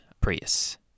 Prius